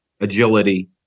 agility